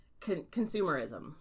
Consumerism